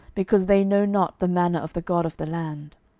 because they know not the manner of the god of the land.